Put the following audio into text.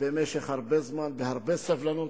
במשך הרבה זמן ובהרבה סבלנות.